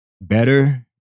better